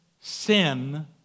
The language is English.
sin